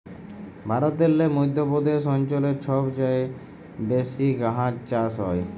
ভারতেল্লে মধ্য প্রদেশ অঞ্চলে ছব চাঁঁয়ে বেশি গাহাচ চাষ হ্যয়